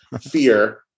fear